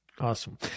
Awesome